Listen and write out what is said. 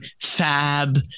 Fab